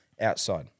outside